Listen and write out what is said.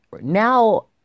Now